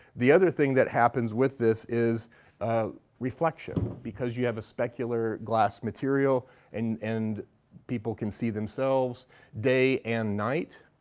the other thing that happens with this is reflection, because you have a specular glass material and and people can see themselves day and night